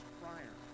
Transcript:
prior